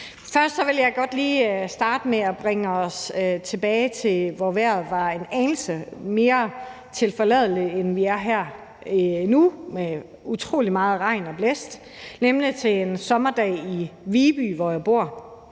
Først vil jeg godt lige starte med at bringe os tilbage til en tid, hvor vejret var en anelse mere tilforladeligt, end det er her og nu med utrolig meget regn og blæst, nemlig til en sommerdag i Viby, hvor jeg bor.